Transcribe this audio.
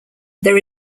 there